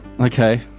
Okay